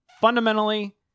fundamentally